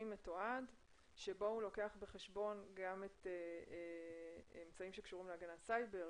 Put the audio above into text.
מתועד בו הוא לוקח בחשבון גם אמצעים שקשורים להגנת סייבר,